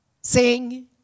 sing